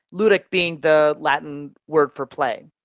ludic being the latin word for play.